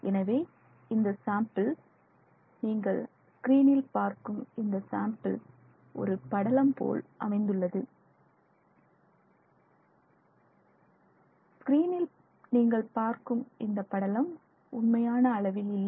எனவே இந்த சாம்பிள் நீங்கள் ஸ்கிரீனில் பார்க்கும் இந்த சாம்பிள் ஒரு படலம் போல் அமைந்துள்ளது ஸ்க்ரீனில் நீங்கள் பார்க்கும் இந்தப் படலம் உண்மையான அளவில் இல்லை